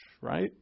Right